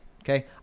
Okay